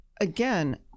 Again